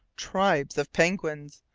tribes of penguins,